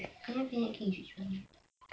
ayam penyet king is which one